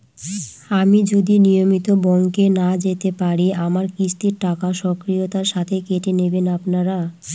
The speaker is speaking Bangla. আমি যদি নিয়মিত ব্যংকে না যেতে পারি আমার কিস্তির টাকা স্বকীয়তার সাথে কেটে নেবেন আপনারা?